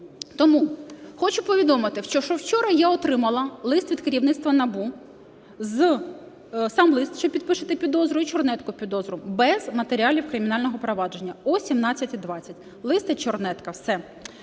Тому хочу повідомити, що вчора я отримала лист від керівництва НАБУ, сам лист – чи підпишете підозру, і чернетку підозри, без матеріалів кримінального провадження об 17:20. Лист і чернетка, все.